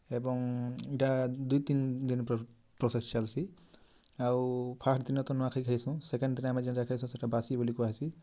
ଏବଂ ଏଇଟା ଦୁଇ ତିନି ଦିନ ପ୍ରୋସେସ୍ ଚାଲସି ଆଉ ଫାଷ୍ଟ୍ ଦିନ ତ ନୂଆ ଖାଇ ଖାଇସୁ ସେକେଣ୍ଡ୍ ଦିନ ଆମେ ଯେନ୍ତା ଖାଇସୁ ସେଇଟା ବାସି ବୋଲି କୁହାସି